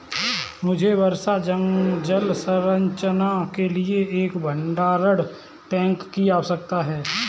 मुझे वर्षा जल संचयन के लिए एक भंडारण टैंक की आवश्यकता है